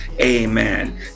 amen